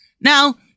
Now